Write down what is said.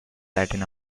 latin